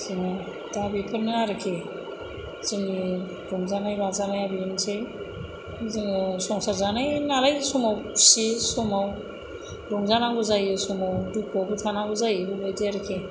जोङो दा बेफोरनो आरोखि जोंनि रंजानाय बाजानाया बेनोसै जोङो संसार जानाय नालाय समाव खुसि समाव रंजा नांगौ जायो समाव दुखुयावबो थानांगौ जायो बेबायदि आरोखि